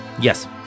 yes